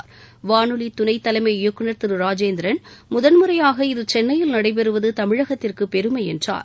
வானொலி பொறியியல் பிரிவு துணைத் தலைமை இயக்குநர் திரு ராஜேந்திரன் முதன்முறையாக இது சென்னையில் நடைபெறுவது தமிழகத்திற்கு பெருமை என்றார்